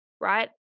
right